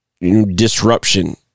disruption